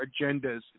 agendas